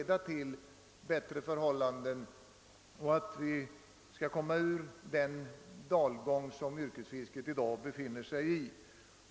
Vi hoppas att yrkesfisket härigenom skall komma ur den dalgång som det nu befinner sig i.